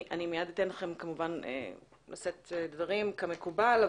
אני מייד אתן לכם כמובן לשאת דברים כמקובל.